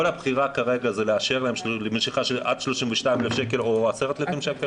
כל הבחירה כרגע זה לאשר להם משיכה עד 32,000 שקל או 10,000 שקל?